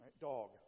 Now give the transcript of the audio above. Dog